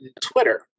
Twitter